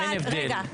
אין הבדל.